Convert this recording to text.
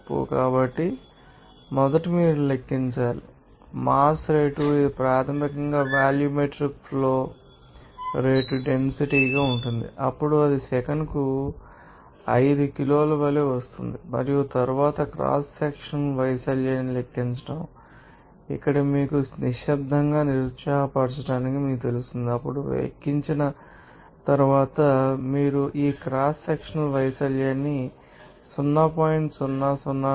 కాబట్టి లెక్కించడానికి మొదట మీరు లెక్కించాలి లేదా ఆ నీటి మాస్ రేటు ఇది ప్రాథమికంగా వాల్యూమిట్రిక్ ఫ్లో రేటు డెన్సిటీ గా ఉంటుంది అప్పుడు అది సెకనుకు మీ 5 కిలోల వలె వస్తుంది మరియు తరువాత క్రాస్ సెక్షనల్ వైశాల్యాన్ని లెక్కించండి ఇక్కడ మీకు నిశ్శబ్దంగా నిరుత్సాహపడతారని మీకు తెలుస్తుంది అప్పుడు లెక్కించిన తరువాత మీరు ఈ క్రాస్ సెక్షనల్ వైశాల్యాన్ని 0